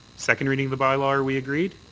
second reading of the bylaw are we agreed?